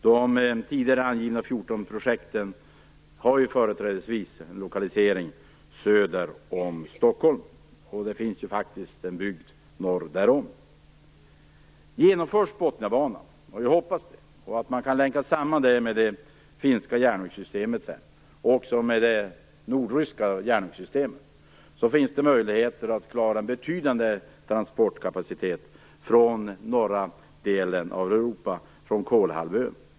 De tidigare angivna 14 projekten har ju företrädesvis en lokalisering söder om Stockholm. Det finns faktiskt en bygd norr därom. Genomförs Botniabanan, som jag hoppas, och den dessutom kan länkas samman med det finska och även med det nordryska järnvägssystemet, finns det möjligheter att få en betydande kapacitet för transporter från den norra delen av Europa, bl.a. från Kolahalvön.